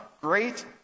great